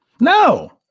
no